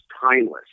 timeless